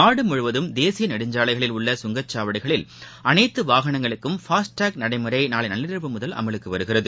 நாடு முழுவதும் தேசிய நெடுஞ்சாலைகளில் உள்ள சுங்கச் சாவடிகளில் அனைத்து வாகனங்களுக்கும் ஃபாஸ்ட் டாக் நடைமுறை நாளை நள்ளிரவு முதல் அமலுக்கு வருகிறது